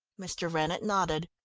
mr. rennett nodded.